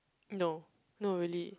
no no really